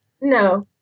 No